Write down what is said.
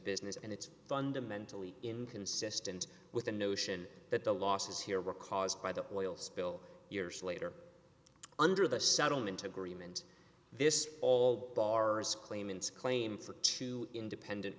business and it's fundamentally inconsistent with the notion that the losses here were caused by the oil spill years later under the settlement agreement this all bars claimants claim for two independent